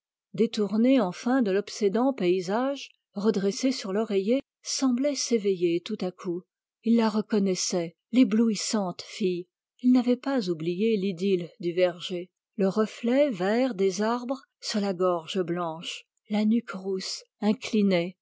détourné enfin de l'obsédant paysage redressé sur l'oreiller semblait s'éveiller tout à coup il la reconnaissait l'éblouissante fille il n'avait pas oublié l'idylle du verger le reflet vert des arbres sur la gorge blanche la nuque rousse inclinée